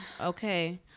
okay